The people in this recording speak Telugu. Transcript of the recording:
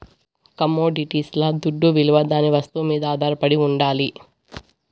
కమొడిటీస్ల దుడ్డవిలువ దాని వస్తువు మీద ఆధారపడి ఉండాలి